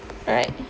right